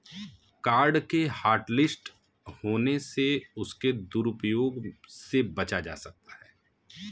card के hotlist होने से उसके दुरूप्रयोग से बचा जा सकता है